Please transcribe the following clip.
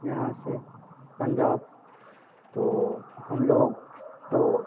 यहाँ से पंजाब तो हम लोग तो